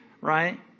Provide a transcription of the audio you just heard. Right